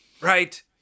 right